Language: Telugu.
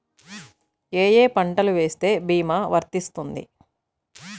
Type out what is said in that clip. ఏ ఏ పంటలు వేస్తే భీమా వర్తిస్తుంది?